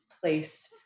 place